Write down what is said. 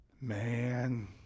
man